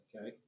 Okay